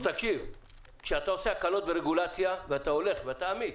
כשאתה עושה הקלות ברגולציה ואתה אמיץ,